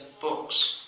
books